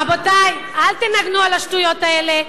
רבותי, אל תנגנו על השטויות האלה.